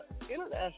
international